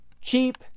cheap